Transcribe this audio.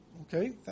okay